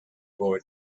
boy